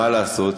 מה לעשות.